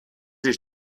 sie